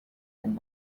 and